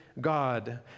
God